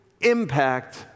impact